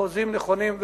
בחוזים נכונים,